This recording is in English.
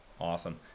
Awesome